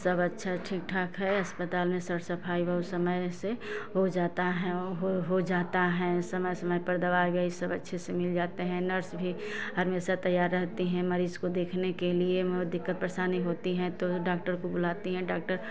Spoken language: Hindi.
सब अच्छा ठीक ठाक है अस्पताल मे सर सफाई बहुत समय से हो जाता है हो जाता है समय समय पर दवाई उवाई सब अच्छे से मिल जाता है नर्स भी हमेशा तैयार रहती है मरीज को देखने के लिए दिक्कत परेशानी होती है तो डाक्टर को बुलाती है डाक्टर